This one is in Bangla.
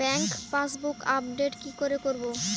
ব্যাংক পাসবুক আপডেট কি করে করবো?